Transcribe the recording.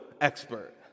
expert